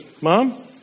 Mom